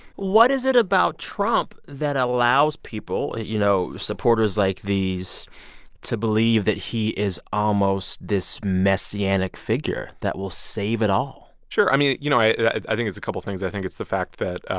what is it about trump that allows people you know, supporters like these to believe that he is almost this messianic figure that will save it all? sure. i mean, you know, i i think it's a couple things. i think it's the fact that,